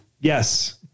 Yes